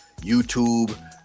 YouTube